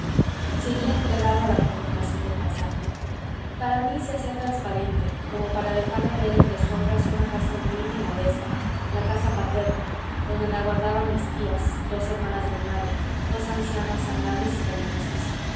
seguí entregado a la contemplación del paisaje para mí se hacía transparente como para dejarme ver entre sombras una casa humilde y modesta la casa paterna donde me aguardaban mis tías dos hermanas de mi madre dos ancianas amables y cariñosas